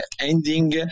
ending